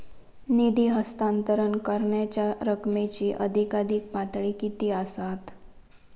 निधी हस्तांतरण करण्यांच्या रकमेची अधिकाधिक पातळी किती असात?